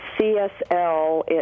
CSL